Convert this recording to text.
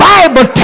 Bible